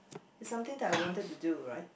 it's something that I wanted to do right